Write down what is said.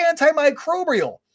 antimicrobial